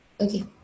Okay